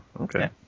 okay